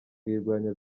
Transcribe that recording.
kuyirwanya